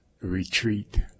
retreat